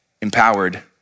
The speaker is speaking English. empowered